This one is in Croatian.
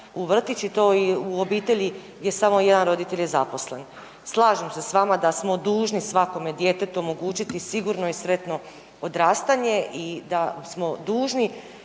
u vrtić i to u obitelji gdje samo jedan roditelj je zaposlen. Slažem se s vama da smo dužni svakome djetetu omogućiti sigurno i sretno odrastanje i da smo dužni